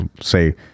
say